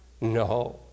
No